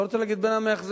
לא רוצה להגיד בין המאכזבים,